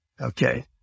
Okay